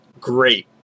great